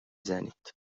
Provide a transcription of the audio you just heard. زنید